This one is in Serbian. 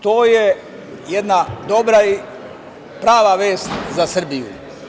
To je jedna dobra i prava vest za Srbiju.